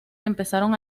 empezaron